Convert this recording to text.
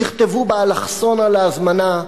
תכתבו באלכסון על ההזמנה: